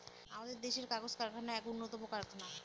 আমাদের দেশের কাগজ কারখানা এক উন্নতম কারখানা